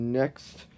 next